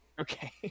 Okay